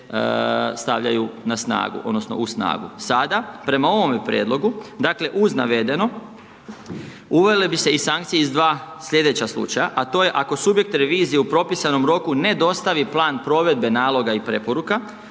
stavljaju na snagu, odnosno, u snagu. Sada, prema ovome prijedlogu, uz navedeno, uvelo bi se i sankcije iz 2 sljedeća slučaja, a to je ako subjekt revizije u propisanom roku, ne dostavi plan provedbe, naloga i preporuka,